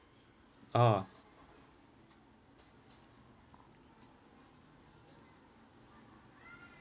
ah